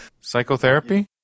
Psychotherapy